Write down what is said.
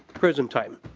prison time.